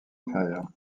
inférieure